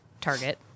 Target